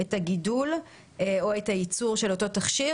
את הגידול או את הייצור של אותו תכשיר.